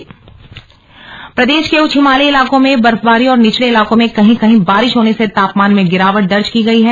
मौसम प्रदेश के उच्च हिमालयी इलाकों में बर्फबारी और निचले इलाकों में कहीं कहीं बारिश होने से तापमान में गिरावट दर्ज की गई है